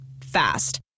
Fast